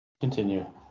Continue